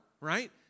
right